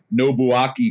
Nobuaki